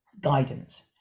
guidance